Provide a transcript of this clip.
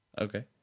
Okay